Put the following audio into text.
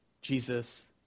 Jesus